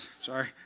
Sorry